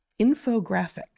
infographic